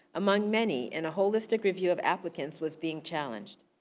among many, in a holistic review of applicants was being challenged.